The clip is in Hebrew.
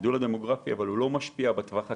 גידול זה לא משפיע בטווח הקצר,